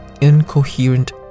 incoherent